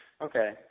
Okay